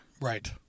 Right